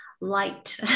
light